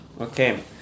Okay